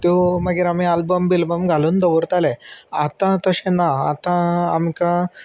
त्यो मागीर आमी आल्बम बिलबम घालून दवरताले आतां तशें ना आतां आमकां